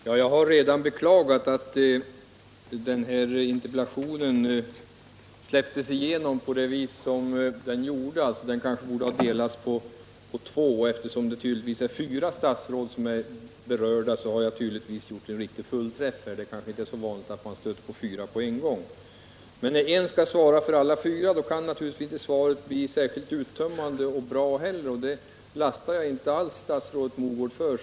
Herr talman! Jag har redan beklagat att den här interpellationen släpptes igenom på det sätt som skett. Den kanske borde ha delats upp på två. Eftersom fyra statsråd tycks vara berörda, har jag tydligen gjort en riktig fullträff. Det kanske inte är så vanligt att adressera sig till fyra statsråd på en gång. När ett statsråd skall svara för alla fyra, kan svaret naturligtvis inte bli särskilt uttömmande eller bra, men det lastar jag inte alls statsrådet Mogård för.